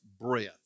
breath